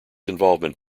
involvement